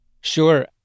Sure